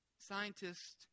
scientists